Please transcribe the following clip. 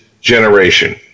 generation